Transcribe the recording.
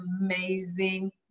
amazing